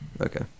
Okay